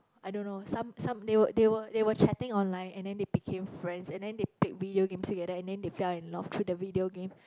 I don't know some some they were they were they were chatting online and then they became friends and then they played video games together and then they fell in love through the video game